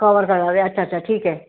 cover करणार आहे अच्छा च्छा ठीक आहे